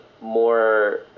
more